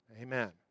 Amen